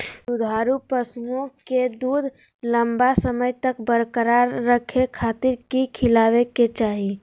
दुधारू पशुओं के दूध लंबा समय तक बरकरार रखे खातिर की खिलावे के चाही?